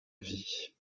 vie